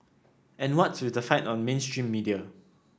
and what's with the fight on mainstream media